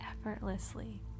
effortlessly